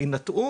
שיינטעו